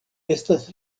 estas